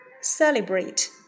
celebrate